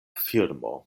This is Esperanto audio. firmo